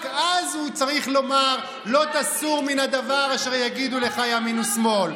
רק אז הוא צריך לומר "לא תסור מן הדבר אשר יגידו לך ימין ושמאל".